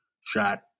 shot